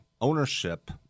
ownership